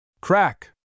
Crack